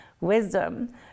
Wisdom